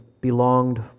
belonged